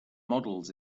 models